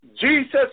Jesus